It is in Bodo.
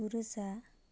गु रोजा